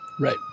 right